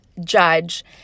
judge